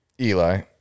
Eli